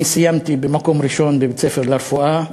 אני סיימתי במקום ראשון בבית-הספר לרפואה,